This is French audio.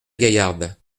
gaillarde